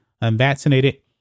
unvaccinated